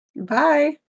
Bye